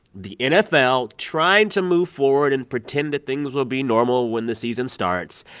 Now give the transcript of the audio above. the nfl trying to move forward and pretend that things will be normal when the season starts.